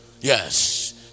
Yes